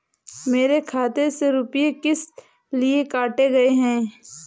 मेरे खाते से रुपय किस लिए काटे गए हैं?